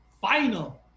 final